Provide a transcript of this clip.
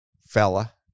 fella